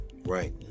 Right